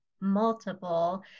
multiple